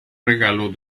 regalo